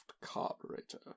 carburetor